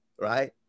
right